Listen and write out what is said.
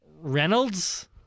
Reynolds